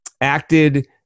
acted